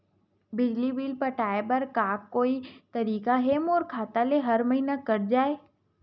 बिजली बिल पटाय बर का कोई तरीका हे मोर खाता ले हर महीना कट जाय?